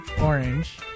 orange